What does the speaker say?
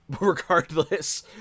Regardless